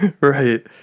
Right